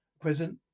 present